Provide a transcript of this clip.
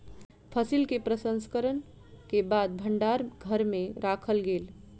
फसिल के प्रसंस्करण के बाद भण्डार घर में राखल गेल